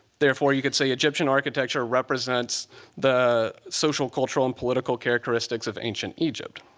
therefore you could say egyptian architecture represents the social, cultural, and political characteristics of ancient egypt.